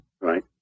Right